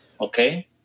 Okay